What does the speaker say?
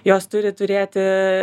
jos turi turėti